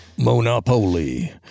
Monopoly